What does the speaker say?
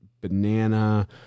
banana